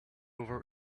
over